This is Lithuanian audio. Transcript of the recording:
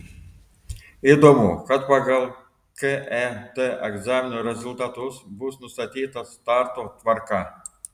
įdomu kad pagal ket egzamino rezultatus bus nustatyta starto tvarka